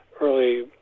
early